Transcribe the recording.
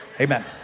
Amen